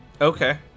Okay